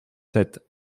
sept